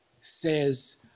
says